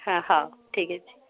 ହଁ ହେଉ ଠିକ ଅଛି